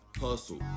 hustle